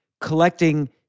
collecting